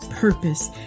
Purpose